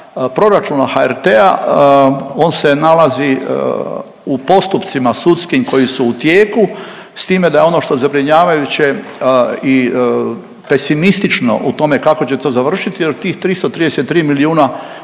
proračuna HRT-a, on se nalazi u postupcima sudskim koji su u tijeku, s time da je ono što je zabrinjavajuće i pesimistično u tome kako će to završiti jer tih 333 milijuna,